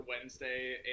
Wednesday